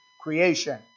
creation